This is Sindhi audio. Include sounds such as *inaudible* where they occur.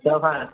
*unintelligible*